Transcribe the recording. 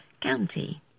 County